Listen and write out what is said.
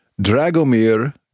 Dragomir